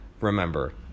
remember